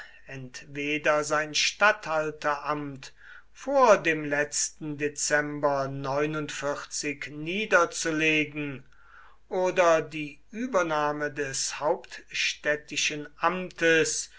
entweder sein statthalteramt vor dem letzten dezember niederzulegen oder die übernahme des hauptstädtischen amtes